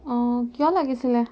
অঁ কিয় লাগিছিলে